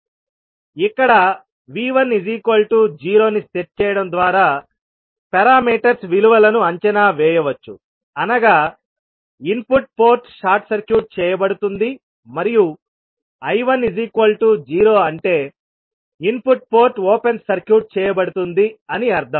ఇక్కడ V10 ని set చేయడం ద్వారా పారామీటర్స్ విలువలను అంచనా వేయవచ్చు అనగా ఇన్పుట్ పోర్ట్ షార్ట్ సర్క్యూట్ చేయబడుతుంది మరియు I10 అంటే ఇన్పుట్ పోర్ట్ ఓపెన్ సర్క్యూట్ చేయబడుతుంది అని అర్థం